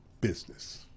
business